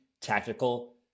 tactical